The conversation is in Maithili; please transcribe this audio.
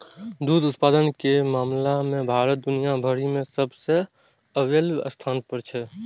दुग्ध उत्पादन के मामला मे भारत दुनिया भरि मे सबसं अव्वल स्थान पर छै